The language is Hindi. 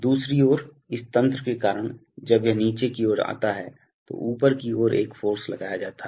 दूसरी ओर इस तंत्र के कारण जब यह नीचे की ओर आता है तो ऊपर की ओर एक फ़ोर्स लगाया जाता है